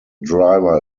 driver